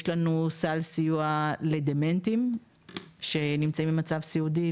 יש לנו סל סיוע לדמנטיים שנמצאים במצב סיעודי,